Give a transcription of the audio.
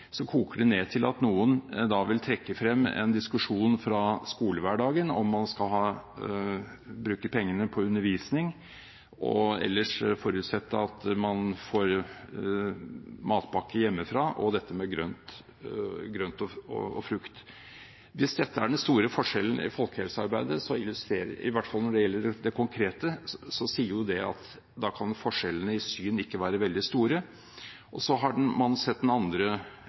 koker det ned til at noen vil trekke frem en diskusjon fra skolehverdagen, om man skal bruke pengene på undervisning og ellers forutsette at man får matpakke hjemmefra, eller på grønt og frukt. Hvis dette er den store forskjellen i folkehelsearbeidet, så illustrerer dette – i hvert fall når det gjelder det konkrete – at da kan forskjellene i syn ikke være veldig store. Så har man sett den andre